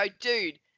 dude